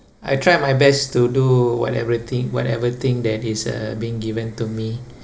I try my best to do whatever thing whatever thing that is uh being given to me